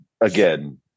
again